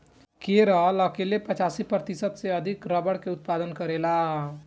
केरल अकेले पचासी प्रतिशत से अधिक रबड़ के उत्पादन करेला